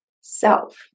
self